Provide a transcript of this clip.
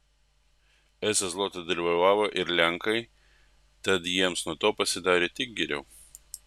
esą zlotą devalvavo ir lenkai tad jiems nuo to pasidarė tik geriau